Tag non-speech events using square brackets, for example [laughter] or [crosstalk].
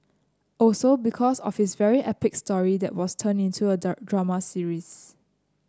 also because of his very epic story that was turned into a [unintelligible] drama series